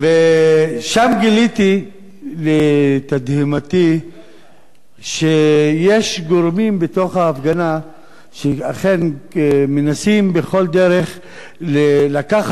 ושם גיליתי לתדהמתי שיש גורמים בתוך ההפגנה שאכן מנסים בכל דרך לקחת